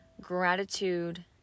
Gratitude